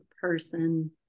person